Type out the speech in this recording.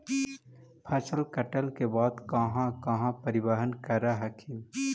फसल कटल के बाद कहा कहा परिबहन कर हखिन?